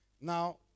Now